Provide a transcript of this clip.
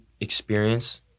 experience